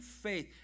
faith